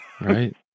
Right